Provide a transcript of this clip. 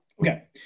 Okay